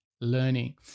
learning